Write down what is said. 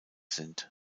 sind